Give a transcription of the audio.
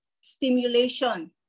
stimulation